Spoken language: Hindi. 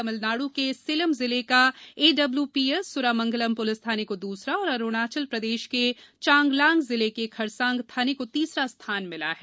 तमिलनाड् के सेलम जिले का एडब्ल्यूपीएस सुरामंगलम पुलिस थाने को दुसरा और अरुणाचल प्रदेश में चांगलांग जिले के खरसांग थाने को तीसरा स्थान मिला है